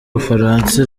bufaransa